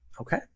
Okay